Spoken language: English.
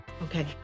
Okay